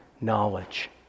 knowledge